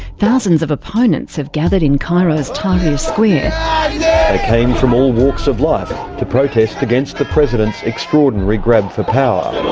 thousands of opponents have gathered in cairo's tahrir square. they came from all walks of life to protest against the president's extraordinary grab for power.